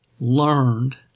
learned